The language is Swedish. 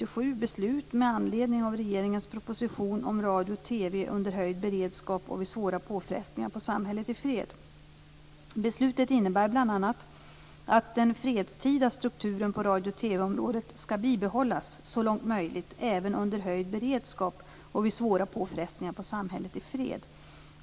området skall bibehållas så långt möjligt även under höjd beredskap och vid svåra påfrestningar på samhället i fred.